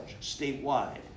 statewide